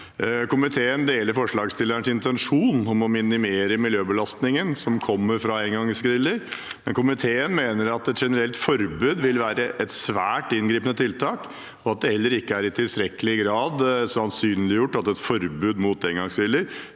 Komiteen deler forslagsstillernes intensjon om å minimere miljøbelastningen som kommer fra engangsgriller, men komiteen mener at et generelt forbud vil være et svært inngripende tiltak, og at det heller ikke i tilstrekkelig grad er sannsynliggjort at et forbud mot engangsgriller